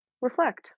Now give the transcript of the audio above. reflect